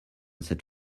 set